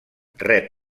rep